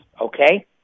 Okay